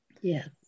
Yes